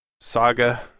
Saga